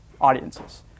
audiences